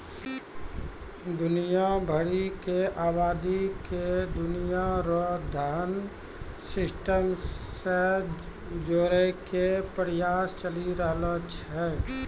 दुनिया भरी के आवादी के दुनिया रो धन सिस्टम से जोड़ेकै प्रयास चली रहलो छै